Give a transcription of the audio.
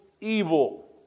evil